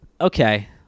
okay